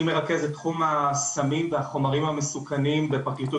אני מרכז את תחום הסמים והחומרים המסוכנים בפרקליטות